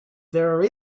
there